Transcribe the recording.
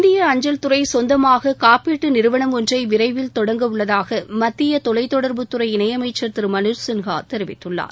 இந்திய அஞ்சல்துறை கொந்தமாக காப்பீட்டு நிறுவனம் ஒன்றை விரைவில் தொடங்கவுள்ளதாக மத்திய தொலைத்தொடர்புத்துறை இணையமைச்சர் திரு மனோஜ் சின்ஹா தெரிவித்துள்ளார்